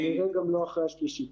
כנראה גם לא אחרי השלישי.